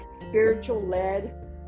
spiritual-led